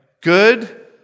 good